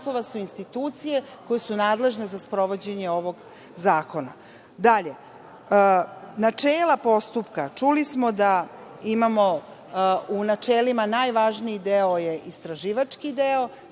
su institucije koje su nadležne za sprovođenje ovog zakona. Dalje, načela postupka. Čuli smo da je u načelima najvažniji deo istraživački deo,